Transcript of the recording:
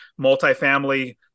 multifamily